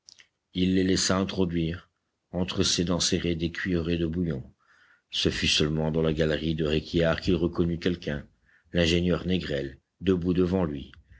il les laissa introduire entre ses dents serrées des cuillerées de bouillon ce fut seulement dans la galerie de réquillart qu'il reconnut quelqu'un l'ingénieur négrel debout devant lui